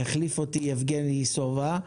יחליף אותי יבגני סובה.